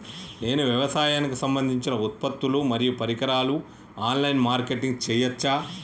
నేను వ్యవసాయానికి సంబంధించిన ఉత్పత్తులు మరియు పరికరాలు ఆన్ లైన్ మార్కెటింగ్ చేయచ్చా?